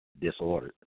disordered